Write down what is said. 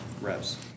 reps